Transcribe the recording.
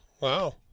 Wow